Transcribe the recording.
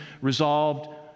resolved